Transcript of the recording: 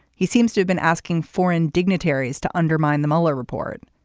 he seems to have been asking foreign dignitaries to undermine the mueller report.